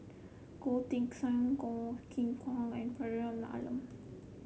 Goh Teck Sian Goh Qiu Bin and Faridah Hanum